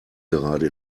gerade